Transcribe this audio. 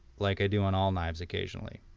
like i do on all knives occasionally.